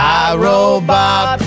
iRobot